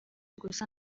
gusa